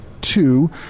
two